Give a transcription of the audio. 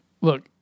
look